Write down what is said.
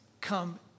come